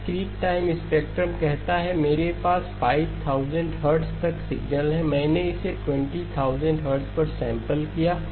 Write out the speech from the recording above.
discrete time spectrum कहता है कि मेरे पास 5000 हर्ट्ज तक सिग्नल हैं मैंने इसे 20000 हर्ट्ज पर सैंपल किया है